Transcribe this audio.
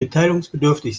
mitteilungsbedürftig